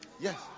yes